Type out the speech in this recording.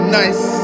nice